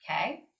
Okay